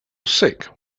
sick